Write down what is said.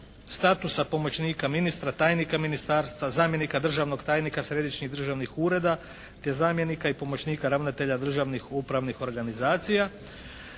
statusa pomoćnika ministra, tajnika ministarstva, zamjenika državnog tajnika središnjih državnih ureda, te zamjenika i pomoćnika ravnatelja državnih upravnih organizacija